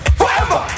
forever